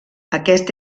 aquest